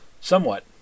Somewhat